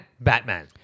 Batman